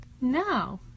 No